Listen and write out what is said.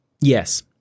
yes